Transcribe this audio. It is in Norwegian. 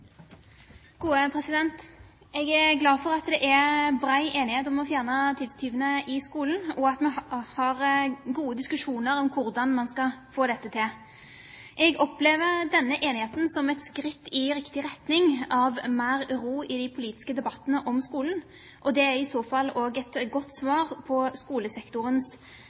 glad for at det er bred enighet om å fjerne tidstyvene i skolen, og at vi har gode diskusjoner om hvordan man skal få dette til. Jeg opplever denne enigheten som et skritt i riktig retning av mer ro i de politiske debattene om skolen. Det er i så fall et godt svar på skolesektorens